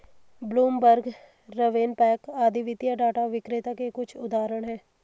Bloomberg, RavenPack आदि वित्तीय data विक्रेता के कुछ उदाहरण हैं